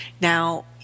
Now